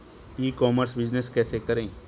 ई commerce business कैसे करें?